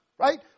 Right